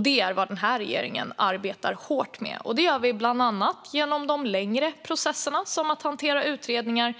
Det är vad denna regering arbetar hårt med. Det gör vi bland annat genom de längre processerna, som att hantera utredningar.